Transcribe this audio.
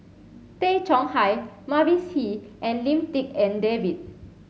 Tay Chong Hai Mavis Hee and Lim Tik En David